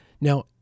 Now